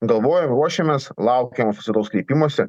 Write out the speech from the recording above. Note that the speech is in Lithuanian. galvojam ruošiamės laukiam oficialaus kreipimosi